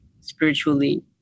spiritually